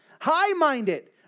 high-minded